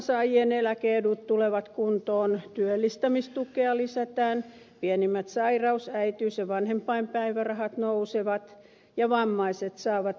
apurahansaajien eläke edut tulevat kuntoon työllistämistukea lisätään pienimmät sairaus äitiys ja vanhempainpäivärahat nousevat ja vammaiset saavat henkilökohtaista apua